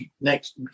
next